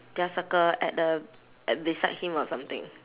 just circle at the at beside him or something